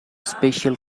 spatial